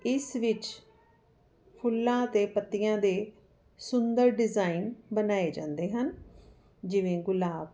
ਇਸ ਵਿੱਚ ਫੁੱਲਾਂ ਅਤੇ ਪੱਤੀਆਂ ਦੇ ਸੁੰਦਰ ਡਿਜ਼ਾਇਨ ਬਣਾਏ ਜਾਂਦੇ ਹਨ ਜਿਵੇਂ ਗੁਲਾਬ